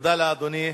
תודה לאדוני.